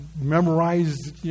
memorized